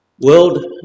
world